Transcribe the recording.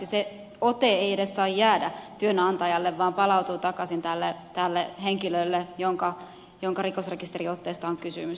se ote ei edes saa jäädä työnantajalle vaan palautuu takaisin tälle henkilölle jonka rikosrekisteriotteesta on kysymys